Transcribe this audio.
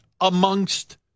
amongst